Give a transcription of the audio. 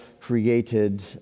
created